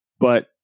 but-